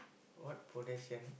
what possession